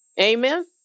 Amen